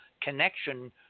connection